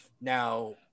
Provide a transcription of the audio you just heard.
now